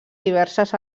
diverses